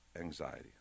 anxiety